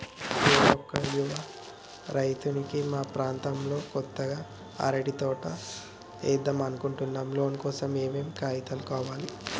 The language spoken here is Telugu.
నేను ఒక యువ రైతుని మా ప్రాంతంలో కొత్తగా అరటి తోట ఏద్దం అనుకుంటున్నా లోన్ కోసం ఏం ఏం కాగితాలు కావాలే?